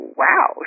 wow